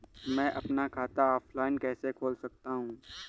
मैं अपना खाता ऑफलाइन कैसे खोल सकता हूँ?